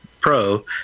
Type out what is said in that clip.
Pro